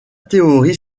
théorie